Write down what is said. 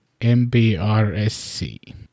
MBRSC